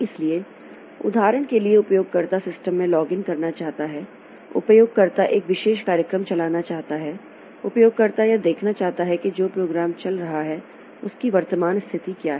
इसलिए उदाहरण के लिए उपयोगकर्ता सिस्टम में लॉगिन करना चाहता है उपयोगकर्ता एक विशेष कार्यक्रम चलाना चाहता है उपयोगकर्ता यह देखना चाहता है कि जो प्रोग्राम चल रहा है उसकी वर्तमान स्थिति क्या है